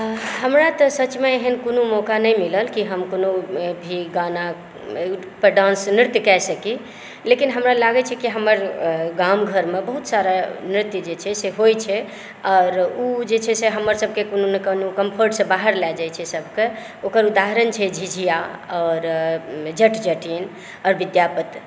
हमरा तऽ सचमे एहन कोनो मौक़ा नहि मिलल की हम कोनो भी गाना ओहि पर डांस नृत्य कए सकी लेकिन हमरा लागै छै की हमर गाम घरमे बहुत सारा नृत्य जे छै से होइ छै आओर ओ जे छै से हमरसभके कोनो ने कोनो कम्फ़र्टसॅं बाहर लऽ जाइ छै सभके ओकर उदाहरण छै झिझिया आओर जट जटिन आओर विद्यापति